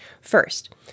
first